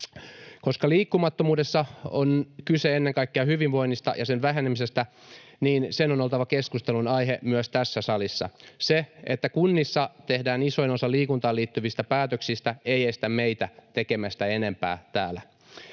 Koska liikkumattomuudessa on kyse ennen kaikkea hyvinvoinnista ja sen vähenemisestä, niin sen on oltava keskustelunaihe myös tässä salissa. Se, että kunnissa tehdään isoin osa liikuntaan liittyvistä päätöksistä, ei estä meitä tekemästä enempää täällä.